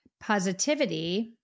positivity